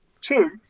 Two